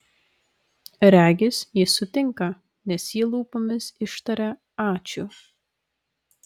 regis jis sutinka nes ji lūpomis ištaria ačiū